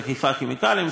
זה חיפה כימיקלים,